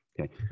Okay